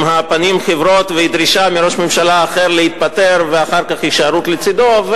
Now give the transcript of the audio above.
עם פנים חיוורות ודרישה מראש ממשלה אחר להתפטר ואחר כך הישארות לצדו,